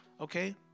Okay